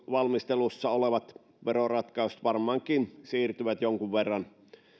valmistelussa olevat veroratkaisut varmaankin siirtyvät jonkun verran